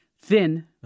thin